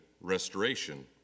restoration